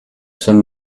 sommes